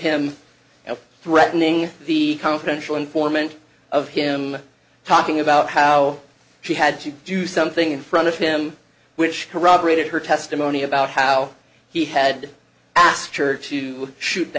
him threatening the confidential informant of him talking about how she had to do something in front of him which corroborated her testimony about how he had asked her to shoot the